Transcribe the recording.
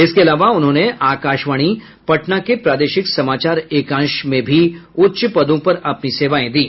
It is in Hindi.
इसके अलावा उन्होंने आकाशवाणी पटना के प्रादेशिक समाचार एकांश में भी उच्च पदों पर अपनी सेवाएं दी